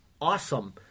awesome